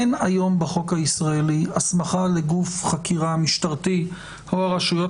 אין היום בחוק הישראלי הסמכה לגוף חקירה משטרתי או הרשויות